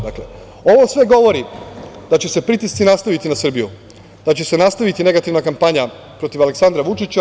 Dakle, ovo sve govori da će se pritisci nastaviti na Srbiju, da će nastaviti negativna kampanja protiv Aleksandra Vučića.